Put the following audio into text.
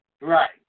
Right